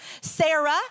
Sarah